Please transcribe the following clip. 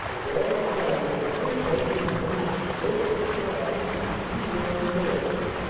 the lord's sabbath in her bungling hands to make or to mar for these two young souls!